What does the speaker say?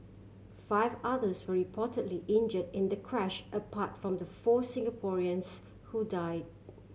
five others were reportedly injured in the crash apart from the four Singaporeans who died